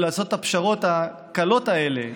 ולעשות את הפשרות הקלות האלה,